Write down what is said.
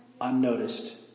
unnoticed